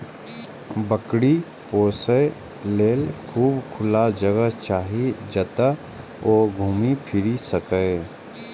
बकरी पोसय लेल खूब खुला जगह चाही, जतय ओ घूमि फीरि सकय